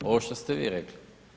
Ovo što ste vi rekli.